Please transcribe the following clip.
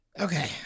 Okay